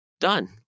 done